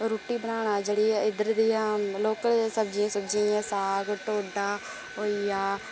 रुट्टी बनाना जेहड़ी ऐ इद्धर दी लोकल सब्जी साग ढोडा होई गेआ